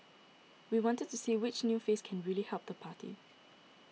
we wanted to see which new face can really help the party